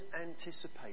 anticipate